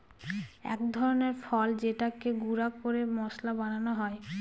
এক ধরনের ফল যেটাকে গুঁড়া করে মশলা বানানো হয়